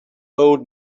old